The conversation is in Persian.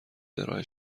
ارائه